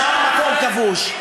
שם מקום כבוש.